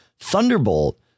Thunderbolt